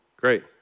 great